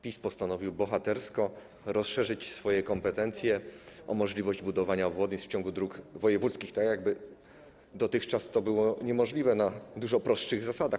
PiS postanowił bohatersko rozszerzyć swoje kompetencje o możliwość budowania obwodnic w ciągu dróg wojewódzkich, tak jakby dotychczas nie było to możliwe na dużo prostszych zasadach.